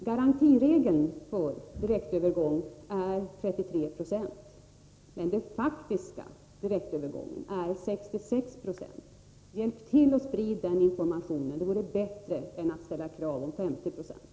Garantiregeln för direktövergång är 33 90, men den faktiska direktövergången är 66 Zo. Hjälp till att sprida den informationen — det vore bättre än att ställa krav på 50 90!